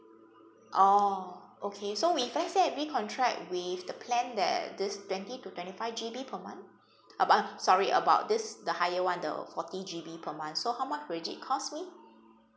oh okay so if let's say I recontract with the plan that this twenty to twenty five G_B per month abou~ uh sorry about this the higher [one] the forty G_B per month so how much will it cost me